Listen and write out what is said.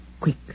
quick